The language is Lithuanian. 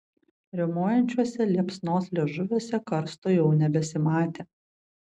riaumojančiuose liepsnos liežuviuose karsto jau nebesimatė